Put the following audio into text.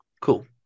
Cool